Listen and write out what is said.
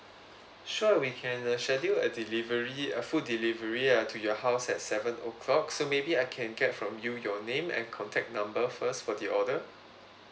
sure we can uh schedule a delivery uh food delivery uh to your house at seven o'clock so maybe I can get from you your name and contact number first for the order